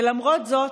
ולמרות זאת,